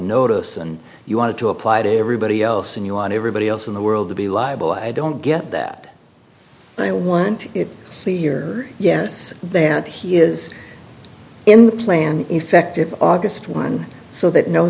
notice and you want to apply to everybody else and you want everybody else in the world to be liable i don't get that i want it clear yes that he is in the plan effective august one so that no